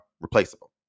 replaceable